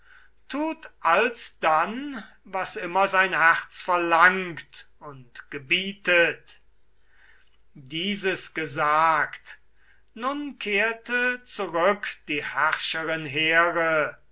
tut alsdann was immer sein herz verlangt und gebietet dieses gesagt nun kehrte zurück die herrscherin here